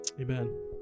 Amen